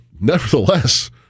nevertheless